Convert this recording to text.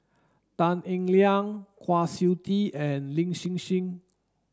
Tan Eng Liang Kwa Siew Tee and Lin Hsin Hsin